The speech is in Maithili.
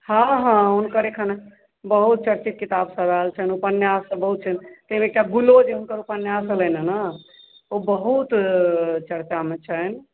हँ हँ हुँनकर एखन बहुत चर्चित किताब सब आयल छनि उपन्यास सब बहुत छनि ताहिमे एकटा बुलोज हुनकर उपन्यास छलनि हँ ने ओ बहुत चर्चामे छनि